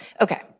okay